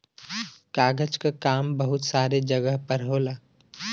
कागज क काम बहुत सारे जगह पर होला